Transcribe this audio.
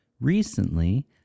Recently